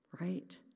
right